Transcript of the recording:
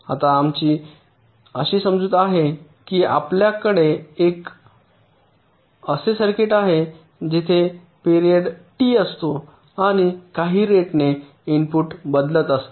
आता आमची अशी समजूत आहे की आपल्याकडे असे एक सर्किट आहे जेथे पीरियड टी असतो आणि काही रेटने इनपुट बदलत असते